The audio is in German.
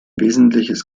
wesentliches